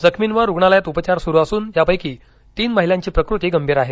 जखमींवर रुग्णालयात उपचार सुरु असून यापेकी तीन महिलांची प्रकृती गंभीर आहे